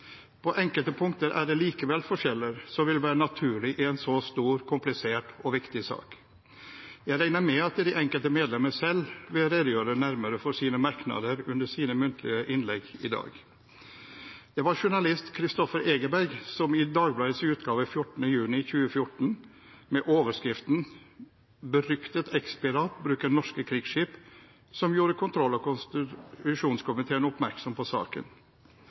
På enkelte punkter er det likevel forskjeller, som vil være naturlig i en så stor, komplisert og viktig sak. Jeg regner med at de enkelte medlemmer selv vil redegjøre nærmere for sine merknader under sine muntlige innlegg i dag. Det var journalist Kristoffer Egeberg som i Dagbladets utgave 14. juni 2014, med overskriften «Fryktet eks-pirat bruker norske krigsskip», som gjorde kontroll- og konstitusjonskomiteen oppmerksom på saken.